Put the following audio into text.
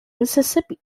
mississippi